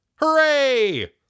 Hooray